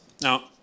Now